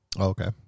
Okay